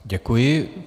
Děkuji.